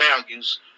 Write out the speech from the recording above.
values